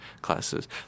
classes